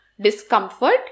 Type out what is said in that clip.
discomfort